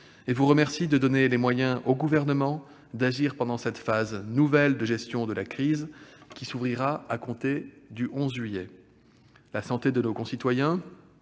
et vous remercie de donner au Gouvernement les moyens d'agir pendant cette phase nouvelle de gestion de la crise qui s'ouvrira à compter du 11 juillet prochain. La santé de nos concitoyens